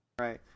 Right